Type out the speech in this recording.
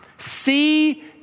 See